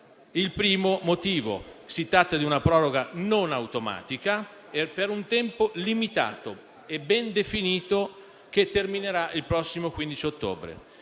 Il primo motivo è che si tratta di una proroga non automatica e per un tempo limitato e ben definito che terminerà il prossimo 15 ottobre.